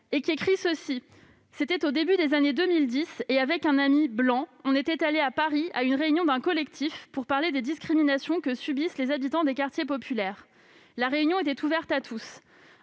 Il a écrit ces mots :« C'était au début des années 2010, et, avec un ami blanc, on était allé à Paris à une réunion d'un collectif pour parler des discriminations que subissent les habitants des quartiers populaires. La réunion était ouverte à tous.